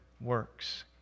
works